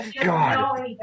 God